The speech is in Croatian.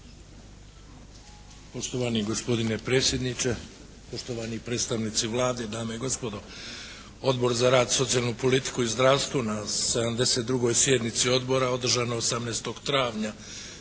Poštovani gospodine predsjedniče, poštovani predstavnici Vlade, dame i gospodo. Odbor za rad, socijalnu politiku i zdravstvo na 72. sjednici Odbora održanoj 18. travnja